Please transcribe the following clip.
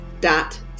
Dot